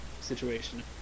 situation